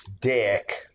Dick